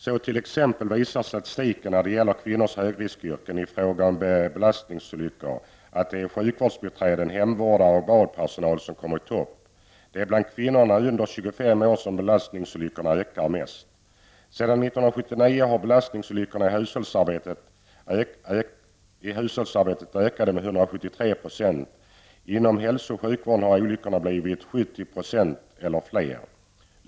Statistiken visar, t.ex. att när det gäller kvinnors högriskyrken i fråga om belastningsolyckor, att det är sjukvårdsbiträden, hemvårdare och badpersonal som ligger i topp. Det är bland kvinnorna under 25 år som belastningsolyckorna ökar mest. Sedan 1979 har belastningsolyckorna i hushållsarbetet ökat med 173 %. Inom hälso och sjukvården har olyckorna ökat 70 % eller mer.